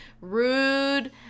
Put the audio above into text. rude